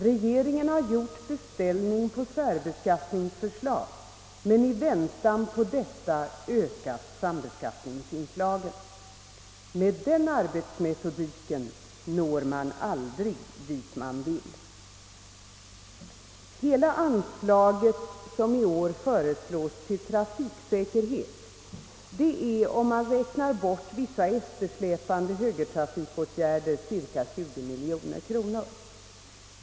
Regeringen har gjort beställning på särbeskattningsförslag men i väntan på detta ökat sambeskattningsinslagen. Med den <arbetsmetodiken når man aldrig dit man vill. Hela anslaget som i år föreslås till trafiksäkerhet är, om man räknar bort vissa eftersläpande högertrafikåtgärder, cirka 20 miljoner kronor.